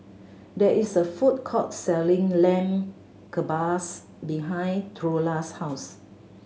there is a food court selling Lamb Kebabs behind Trula's house